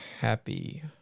happy